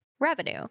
revenue